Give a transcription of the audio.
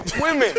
women